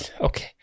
okay